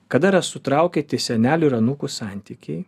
kada yra sutraukyti senelių ir anūkų santykiai